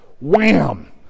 wham